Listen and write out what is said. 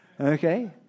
okay